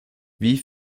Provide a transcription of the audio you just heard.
wie